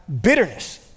bitterness